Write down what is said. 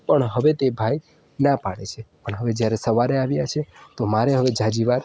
પણ હવે તે ભાઈ ના પાડે છે અને હવે જ્યારે સવારે આવ્યા છે તો મારે હવે જાજી વાત